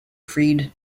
freed